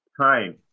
time